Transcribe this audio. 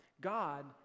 God